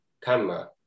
camera